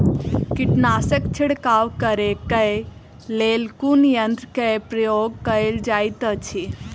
कीटनासक छिड़काव करे केँ लेल कुन यंत्र केँ प्रयोग कैल जाइत अछि?